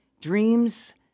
Dreams